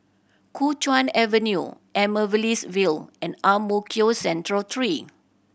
Kuo Chuan Avenue Amaryllis Ville and Ang Mo Kio Central Three